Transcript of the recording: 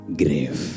grave